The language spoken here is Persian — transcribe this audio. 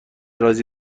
رازی